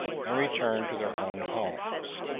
and return to their own homes.